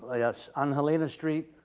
ah ah so on helena street,